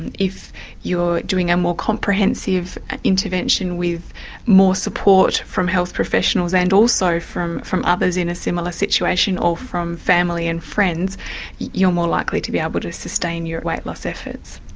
and if you're doing a more comprehensive intervention with more support from health professionals and also from from others in a similar situation or from family and friends you're more likely to be able to sustain your weight loss efforts.